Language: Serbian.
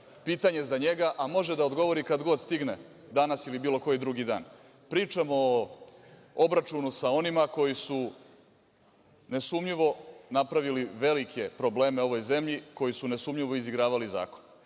pitanje za njega, a može da odgovori kad god stigne, danas ili bilo koji drugi dan. Pričamo o obračunu sa onima koji su nesumnjivo napravili velike probleme ovoj zemlji, koji su nesumnjivo izigravali zakon.